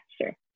sure